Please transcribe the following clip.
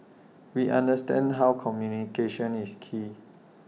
we understand how communication is key